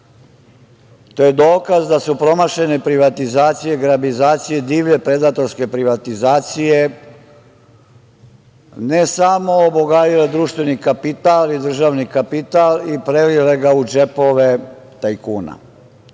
je dokaz da su promašene privatizacije i grabizacije divlje predatorske privatizacije, ne samo obogaljile društveni kapital i državni kapital, i prelile ga u džepove tajkuna.